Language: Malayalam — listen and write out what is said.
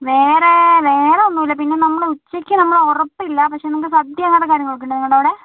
വേറെ വേറെ ഒന്നും ഇല്ല പിന്നെ നമ്മൾ ഉച്ചയ്ക്ക് നമ്മൾ ഉറപ്പില്ല പക്ഷേ നിങ്ങൾക്ക് സദ്യ അങ്ങനത്തെ കാര്യങ്ങളൊക്കെ ഉണ്ടോ നിങ്ങളുടെ അവിടെ